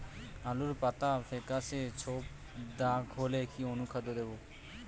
আলুর পাতা ফেকাসে ছোপদাগ হলে কি অনুখাদ্য দেবো?